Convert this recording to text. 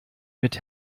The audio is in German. mit